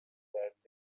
brandenburg